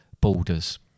borders